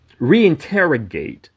reinterrogate